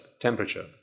temperature